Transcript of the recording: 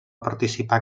participar